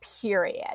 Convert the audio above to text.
period